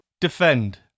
Defend